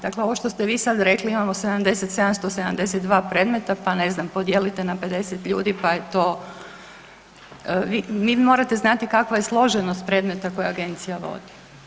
Dakle ovo što ste vi sad rekli, imamo 70, 772 predmeta, pa ne znam, podijelite na 50 ljudi pa je to, vi morate znati kakva je složenost predmeta koja Agencija vodi.